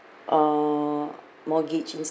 uh mortgage